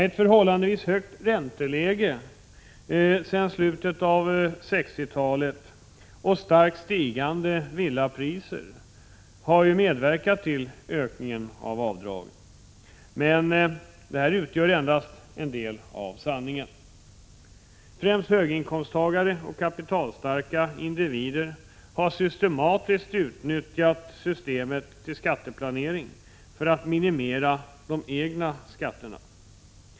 Ett förhållandevis högt ränteläge sedan slutet av 1960-talet och starkt stigande villapriser har medverkat till ökningen av avdragen. Men det utgör endast en del av sanningen. Främst höginkomsttagare och kapitalstarka individer har systematiskt utnyttjat systemet för skatteplanering för att minimera de egna skatterna.